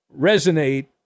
resonate